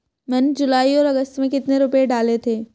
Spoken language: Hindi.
मैंने जुलाई और अगस्त में कितने रुपये डाले थे?